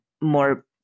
more